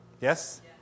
Yes